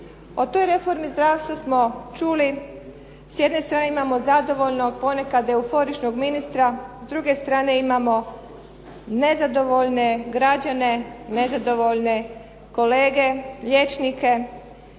O toj reformi zdravstva smo čuli. S jedne strane imamo zadovoljnog ponekad euforičnog ministra. S druge strane imamo nezadovoljne građane, nezadovoljne kolege, liječnike.